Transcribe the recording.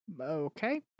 Okay